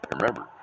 Remember